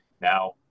now